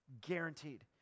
Guaranteed